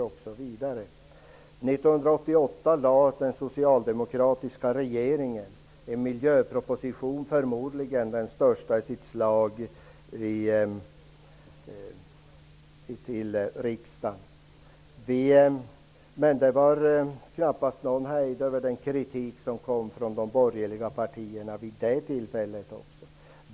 Jag minns att den socialdemokratiska regeringen lade fram en miljöproposition -- förmodligen den största i sitt slag -- för riksdagen 1988. Det var knappast någon hejd på den kritik som kom från de borgerliga partierna vid det tillfället.